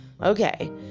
Okay